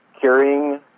carrying